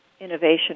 innovation